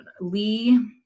Lee